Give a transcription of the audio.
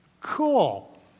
cool